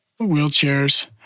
wheelchairs